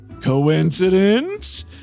Coincidence